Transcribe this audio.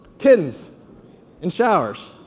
kittens in showers.